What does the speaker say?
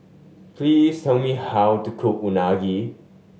please tell me how to cook Unagi